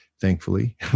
Thankfully